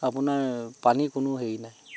আপোনাৰ পানী কোনো হেৰি নাই